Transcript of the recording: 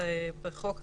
בחוק המסגרת,